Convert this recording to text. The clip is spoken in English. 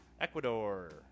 ecuador